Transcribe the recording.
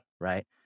right